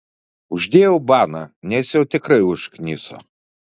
uždėjau baną nes jau tikrai užkniso